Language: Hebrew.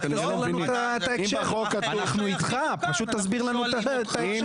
אנחנו אתך, פשוט תסביר לנו את ההקשר.